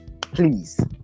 Please